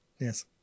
Yes